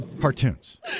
cartoons